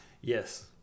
Yes